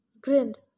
Grinned